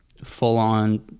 full-on